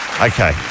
Okay